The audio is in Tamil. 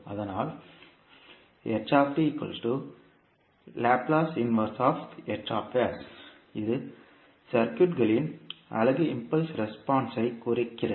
அதனால் இது சர்க்யூட்களின் அலகு இம்பல்ஸ் ரெஸ்பான்ஸ்க் குறிக்கிறது